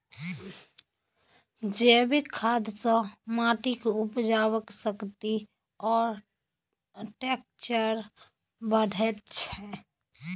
जैबिक खाद सँ माटिक उपजाउ शक्ति आ टैक्सचर बढ़ैत छै